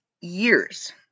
years